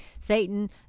satan